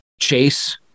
Chase